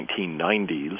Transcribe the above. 1990s